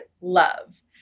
love